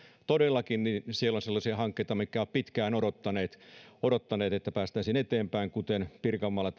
todellakin siellä on sellaisia hankkeita mitkä ovat pitkään odottaneet odottaneet että päästäisiin eteenpäin kuten pirkanmaalla